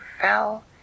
fell